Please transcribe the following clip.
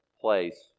place